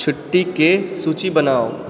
छुट्टीके सूची बनाउ